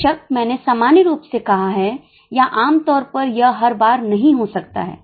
बेशक मैंने सामान्य रूप से कहा है या आमतौर पर यह हर बार नहीं हो सकता है